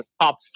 top